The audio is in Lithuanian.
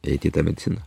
eit į tą mediciną